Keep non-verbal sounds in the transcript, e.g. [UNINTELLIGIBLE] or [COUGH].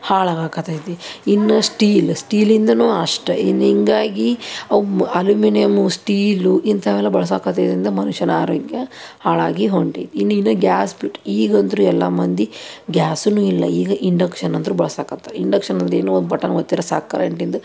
ಹಾಳಾಗಾಕ್ಕತ್ತೈತಿ ಇನ್ನೂ ಸ್ಟೀಲ್ ಸ್ಟೀಲಿಂದಲೂ ಅಷ್ಟು ಇನ್ನು ಹೀಗಾಗಿ [UNINTELLIGIBLE] ಅಲ್ಯೂಮಿನಿಯಮ್ಮು ಸ್ಟೀಲು ಇಂಥವೆಲ್ಲ ಬಳಸಾಕ್ಕತ್ತಿದ್ರಿಂದ ಮನುಷ್ಯನ ಆರೋಗ್ಯ ಹಾಳಾಗಿ ಹೊಂಟಿತ್ತು ಇನ್ನಿನ್ನು ಗ್ಯಾಸ್ ಬಿಟ್ಟು ಈಗಂತೂ ಎಲ್ಲ ಮಂದಿ ಗ್ಯಾಸುನೂ ಇಲ್ಲ ಈಗ ಇಂಡಕ್ಷನ್ ಅಂದ್ರೆ ಬಳಸಾಕತ್ತಾರ ಇಂಡಕ್ಷನ್ ಅದೇನೋ ಬಟನ್ ಒತ್ತಿರೆ ಸಾಕು ಕರೆಂಟಿಂದು